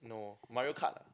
no Mario-Kart lah